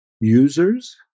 users